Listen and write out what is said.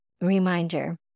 reminder